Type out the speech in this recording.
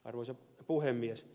arvoisa puhemies